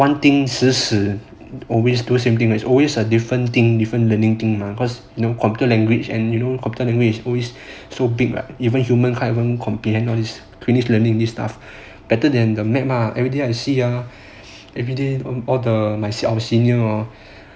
one thing 死死 always do same thing there's always are different thing different learning thing mah cause you know computer language and you know computer language always so big [what] even human can't comprehend all these always learning new stuff better than the map lah everyday I see ah everyday I see all the seniors hor